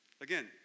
Again